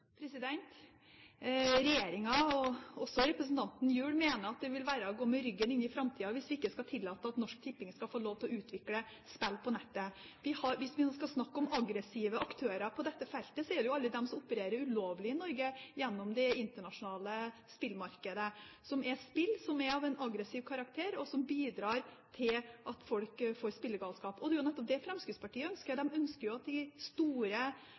og også representanten Gjul, mener at det vil være å gå med ryggen inn i framtida hvis vi ikke skal tillate at Norsk Tipping skal få lov til å utvikle spill på nettet. Hvis vi nå skal snakke om aggressive aktører på dette feltet, er det de som opererer ulovlig i Norge gjennom det internasjonale spillmarkedet. Det er spill som er av en aggressiv karakter, og som bidrar til at folk får spillegalskap. Det er nettopp det Fremskrittspartiet ønsker. De ønsker at de store